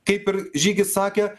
kaip ir žygis sakė